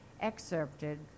excerpted